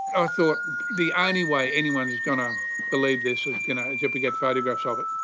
i thought the only way anyone is going to believe this is you know is if we get photographs of it.